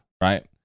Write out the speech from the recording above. right